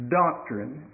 doctrine